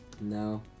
no